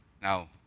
Now